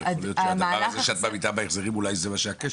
את אומרת שהדבר הזה שאת ממעיטה בהחזרים זה אולי הכשל.